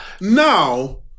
now